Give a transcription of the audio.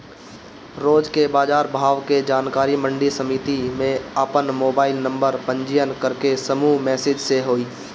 रोज के बाजार भाव के जानकारी मंडी समिति में आपन मोबाइल नंबर पंजीयन करके समूह मैसेज से होई?